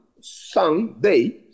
Sunday